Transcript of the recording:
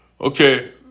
Okay